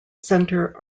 center